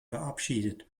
verabschiedet